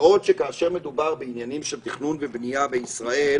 בעוד שכאשר מדובר בעניינים של תכנון ובנייה בישראל